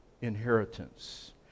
inheritance